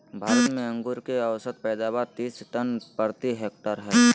भारत में अंगूर के औसत पैदावार तीस टन प्रति हेक्टेयर हइ